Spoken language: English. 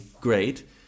great